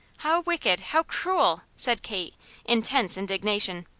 how wicked! how cruel! said kate in tense indignation.